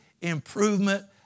improvement